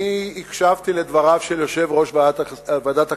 הקשבתי לדבריו של יושב-ראש ועדת הכספים,